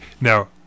now